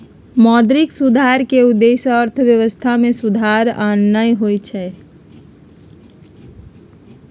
मौद्रिक सुधार के उद्देश्य अर्थव्यवस्था में सुधार आनन्नाइ होइ छइ